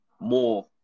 more